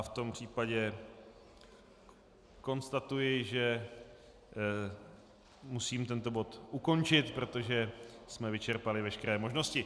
V tom případě konstatuji, že musím tento bod ukončit, protože jsme vyčerpali veškeré možnosti.